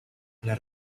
las